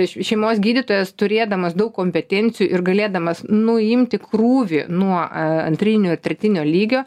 šeimos gydytojas turėdamas daug kompetencijų ir galėdamas nuimti krūvį nuo antrinio ir tretinio lygio